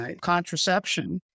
contraception